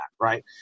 right